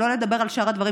שלא לדבר על שאר הדברים,